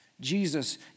Jesus